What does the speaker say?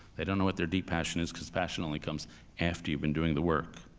they don't know what their deep passion is because passion only comes after you've been doing the work.